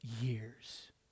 years